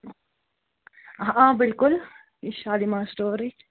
آ آ بِلکُل یہِ چھِ شالِمار سِٹورٕے